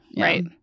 right